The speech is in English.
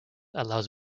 allows